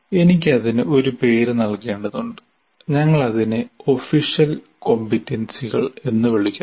എനിക്ക് അതിന് ഒരു പേര് നൽകേണ്ടതുണ്ട് ഞങ്ങൾ അതിനെ ഒഫിഷ്യൽ കോംപറ്റൻസികൾ എന്ന് വിളിക്കുന്നു